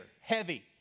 heavy